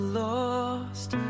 lost